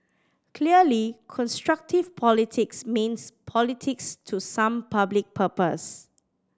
clearly constructive politics means politics to some public purpose